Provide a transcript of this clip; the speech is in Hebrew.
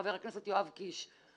חבר הכנסת יואב קיש.